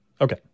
Okay